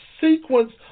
sequence